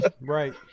Right